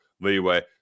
leeway